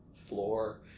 floor